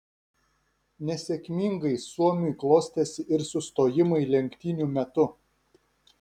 nesėkmingai suomiui klostėsi ir sustojimai lenktynių metu